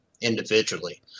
individually